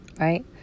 right